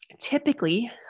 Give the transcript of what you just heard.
Typically